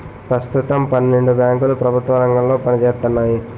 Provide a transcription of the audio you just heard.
పెస్తుతం పన్నెండు బేంకులు ప్రెభుత్వ రంగంలో పనిజేత్తన్నాయి